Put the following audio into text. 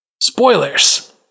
Spoilers